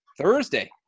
Thursday